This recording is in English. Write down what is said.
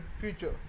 future